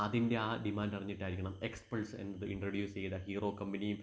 അതിൻ്റെ ആ ഡിമാൻറ്ററിഞ്ഞിട്ടായിരിക്കണം എക്സ്പിൾസ് എന്നത് ഇൻട്രൊഡ്യൂസെയ്ത ഹീറോ കമ്പനിയും